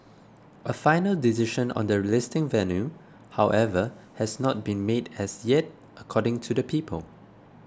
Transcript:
a final decision on the listing venue however has not been made as yet according to the people